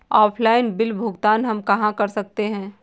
Offline bill भुगतान हम कहां कर सकते हैं?